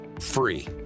free